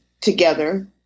together